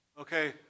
Okay